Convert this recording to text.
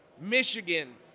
Michigan